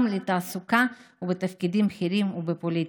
לתעסוקה בתפקידים בכירים ובפוליטיקה.